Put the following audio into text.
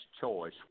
choice